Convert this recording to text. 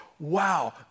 Wow